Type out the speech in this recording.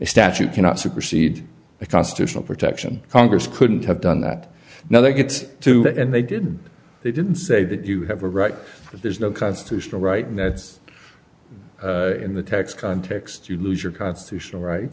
statute cannot supersede a constitutional protection congress couldn't have done that now they get to and they didn't they didn't say that you have a right there's no constitutional right that's in the tax context you lose your constitutional right